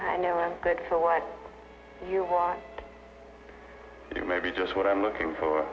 you know good for what you want maybe just what i'm looking for